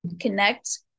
connect